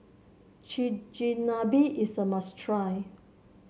chigenabe is a must try